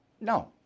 no